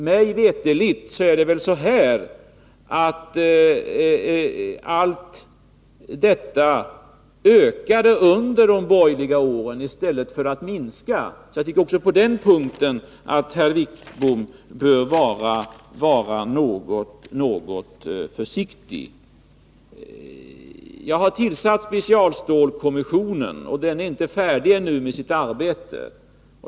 Mig veterligt ökade allt detta under de borgerliga åren i stället för att minska. Också på den punkten tycker jag att herr Wittbom bör vara något försiktig. Jag har tillsatt specialstålskommissionen. Den är ännu inte färdig med sitt arbete.